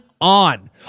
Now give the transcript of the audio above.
on